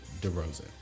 DeRosa